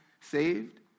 saved